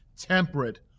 temperate